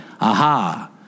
aha